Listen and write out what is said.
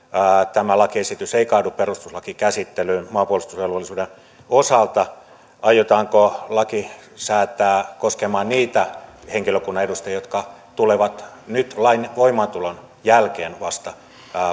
tämä lakiesitys ei kaadu perustuslakikäsittelyyn maanpuolustusvelvollisuuden osalta aiotaanko laki säätää koskemaan niitä henkilökunnan edustajia jotka tulevat nyt vasta lain voimaantulon jälkeen